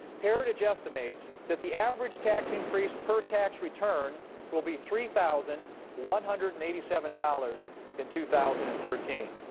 heritage estimates that the average tax increase per tax return will be three thousand one hundred and eighty seven dollars in two thousand and thirteen.